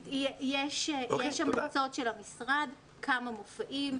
יש המלצות של המשרד כמה מופעים.